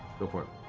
go for it.